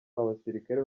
abasirikare